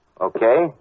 Okay